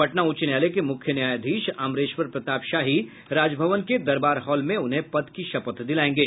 पटना उच्च न्यायालय के मुख्य न्यायाधीश अमरेश्वर प्रताप शाही राजभवन के दरबार हॉल में उन्हें पद की शपथ दिलाएंगे